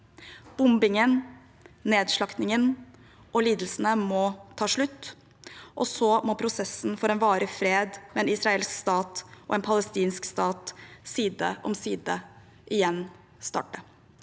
Bombingen, nedslaktingen og lidelsene må ta slutt. Og så må prosessen for en varig fred, med en israelsk stat og en palestinsk stat side